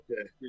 okay